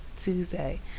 Tuesday